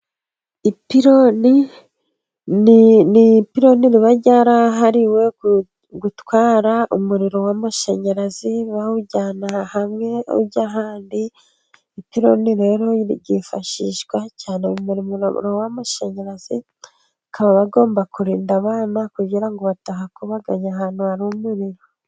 Ipironi, ni ipironi riba ryarahariwe gutwara umuriro w'amashanyarazi bawujyana hamwe ujya ahandi, ipironi rero ryifashishwa cyane mu murimo w'amashanyarazi, bakaba bagomba kurinda abana kugira ngo batahakubaganya, ahantu hari umuriro.